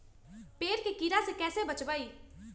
पेड़ के कीड़ा से कैसे बचबई?